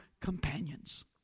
companions